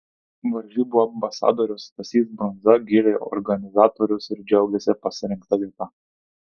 varžybų ambasadorius stasys brundza gyrė organizatorius ir džiaugėsi pasirinkta vieta